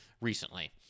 recently